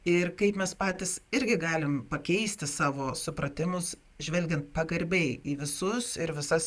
ir kaip mes patys irgi galim pakeisti savo supratimus žvelgiant pagarbiai į visus ir visas